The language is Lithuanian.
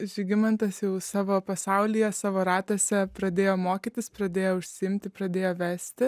žygimantas jau savo pasaulyje savo ratuose pradėjo mokytis pradėjo užsiimti pradėjo vesti